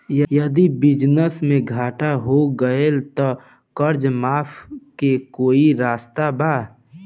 यदि बिजनेस मे घाटा हो गएल त कर्जा माफी के कोई रास्ता बा?